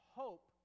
hope